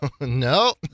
No